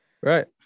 right